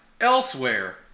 elsewhere